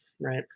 Right